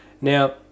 Now